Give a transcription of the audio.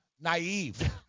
Naive